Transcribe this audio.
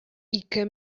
ике